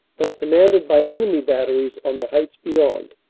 though commanded by enemy batteries on the heights beyond.